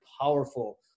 powerful